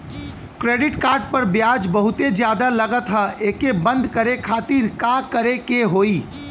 Credit card पर ब्याज बहुते ज्यादा लगत ह एके बंद करे खातिर का करे के होई?